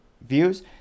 views